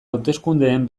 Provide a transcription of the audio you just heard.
hauteskundeen